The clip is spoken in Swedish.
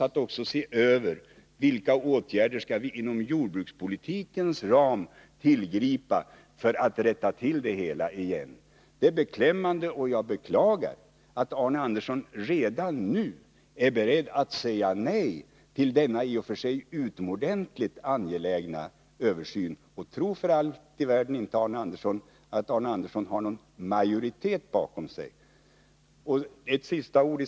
Det gör en ny jordbruksutredning angelägen för att rätta till det hela igen. Jag beklagar att Arne Andersson redan nu är beredd att säga nej till denna i och för sig utomordentligt angelägna översyn. Tro för allt i världen inte, Arne Andersson, att ni har någon majoritet bakom er.